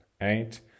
eight